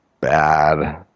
Bad